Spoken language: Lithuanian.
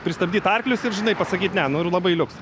pristabdyt arklius ir žinai pasakyt ne nu ir labai liuks